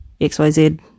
XYZ